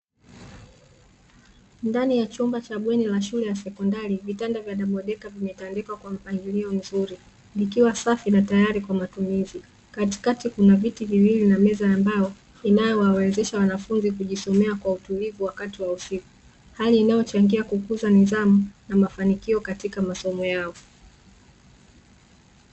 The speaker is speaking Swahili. Ndani ya chumba cha bweni la shule ya sekondari vitanda vya dabo deka vimetandikwa kwa mpangilio mzuri ikiwa safi na tayari kwa matumizi. Katikati kuna viti viwili na meza ambayo inayowawezesha wanafunzi kujisomea kwa utulivu wakati wa usiku, hali inayochangia kukuza nidhamu na mafanikio katika masomo yao.